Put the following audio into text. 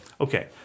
Okay